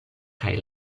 kaj